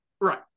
right